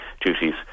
duties